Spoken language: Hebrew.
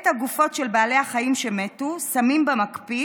את הגופות של בעלי החיים שמתו שמים במקפיא